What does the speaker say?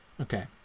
Okay